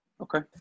Okay